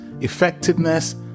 effectiveness